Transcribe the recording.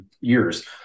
years